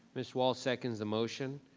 ms. wall seconds the motion.